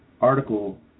article